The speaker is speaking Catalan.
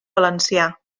valencià